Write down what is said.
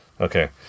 Okay